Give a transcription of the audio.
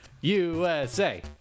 USA